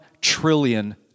trillion